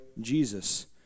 Jesus